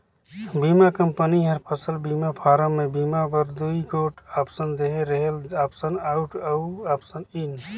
बीमा कंपनी हर फसल बीमा फारम में बीमा बर दूई गोट आप्सन देहे रहेल आप्सन आउट अउ आप्सन इन